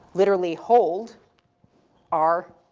literally hold our,